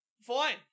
Fine